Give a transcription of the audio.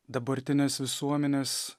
dabartinės visuomenės